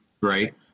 right